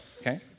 okay